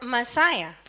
Messiah